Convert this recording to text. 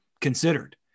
considered